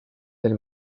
del